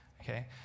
Okay